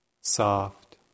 soft